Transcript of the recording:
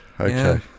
Okay